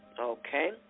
okay